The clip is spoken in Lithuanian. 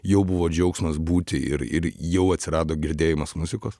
jau buvo džiaugsmas būti ir ir jau atsirado girdėjimas muzikos